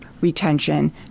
retention